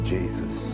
Jesus